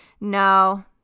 no